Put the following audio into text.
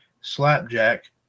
Slapjack